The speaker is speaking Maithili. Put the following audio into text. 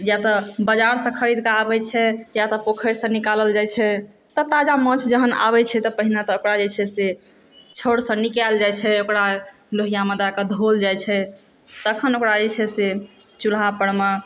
या तऽ बाजारसँ खरीदकऽ आबै छै या पोखरिसँ निकालल जाइत छै तऽ ताजा माछ जहन आबै छै तऽ पहिने ओकरा जे छै से छाउरसँ निकालि जाइ छै ओकरा लोहियामे दए कऽ धोल जाइत छै तखन ओकरा जे छै से चुल्हा परमे